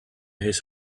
his